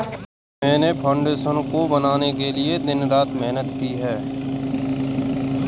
मैंने फाउंडेशन को बनाने के लिए दिन रात मेहनत की है